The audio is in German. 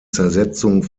zersetzung